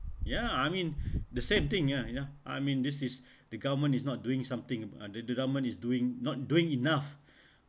ya I mean the same thing ya you know I mean this is the government is not doing something uh the development is doing not doing enough